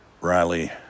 Riley